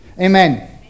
Amen